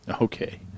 Okay